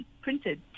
printed